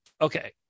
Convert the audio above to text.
okay